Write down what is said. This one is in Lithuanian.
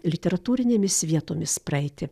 literatūrinėmis vietomis praeiti